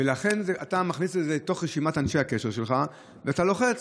ולכן אתה מכניס את זה לתוך רשימת אנשי הקשר שלך ואתה לוחץ.